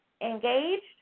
engaged